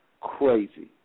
crazy